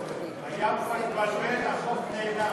הוועדה, נתקבל.